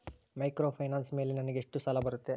Microfinance ಮೇಲೆ ನನಗೆ ಎಷ್ಟು ಸಾಲ ಬರುತ್ತೆ?